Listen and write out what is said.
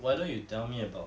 why don't you tell me about